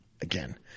again